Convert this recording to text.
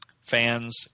fans